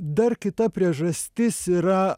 dar kita priežastis yra